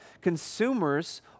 Consumers